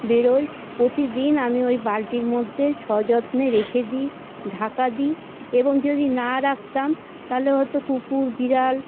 বেরোয় প্রতিদিন আমি ওই বালতির মধ্যে সযত্নে রেখে দিই ঢাকা দিই এবং যদি না রাখতাম তাহলে হয়তো কুকুর বিড়াল